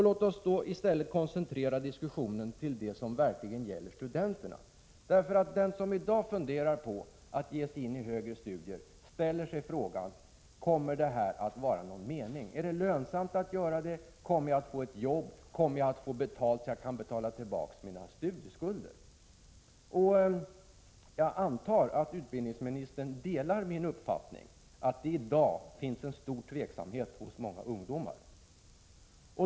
Låt oss i stället koncentrera diskussionen till det som verkligen gäller studenterna. Den som i dag funderar på att ägna sig åt högre studier frågar sig: Kommer det att vara någon mening, är det lönsamt, kommer jag att få ett arbete, kommer jag att få en lön som medger att jag kan betala tillbaka mina studieskulder? Jag antar att utbildningsministern delar min uppfattning att det i dag finns en stor tveksamhet hos många ungdomar.